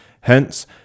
Hence